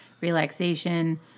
relaxation